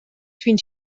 fins